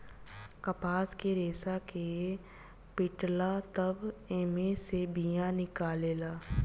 कपास के रेसा के पीटाला तब एमे से बिया निकलेला